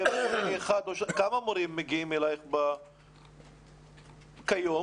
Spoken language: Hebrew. יש פחות או יותר מתכונת קבועה בשבוע או שזה משתנה כל הזמן?